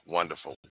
Wonderful